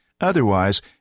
Otherwise